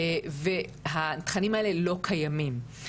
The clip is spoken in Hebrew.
והתכנים האלה לא קיימים.